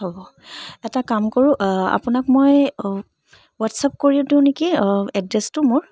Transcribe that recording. হ'ব এটা কাম কৰোঁ আপোনাক মই হোৱাটছআপ কৰি দিওঁ নেকি এড্ৰেছটো মোৰ